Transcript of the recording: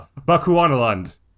Bakuanaland